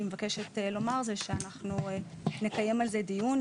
מבקשת לומר זה שאנחנו נקיים על זה דיון.